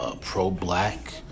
pro-black